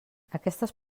aquestes